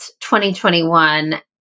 2021